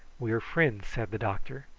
we are friends, said the doctor.